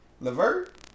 Levert